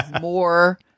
more